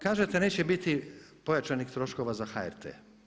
Kažete neće biti pojačanih troškova za HRT?